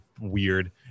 weird